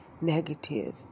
negative